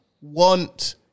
want